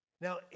Now